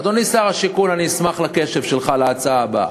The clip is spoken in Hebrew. אדוני שר השיכון, אני אשמח לקשב שלך להצעה הבאה: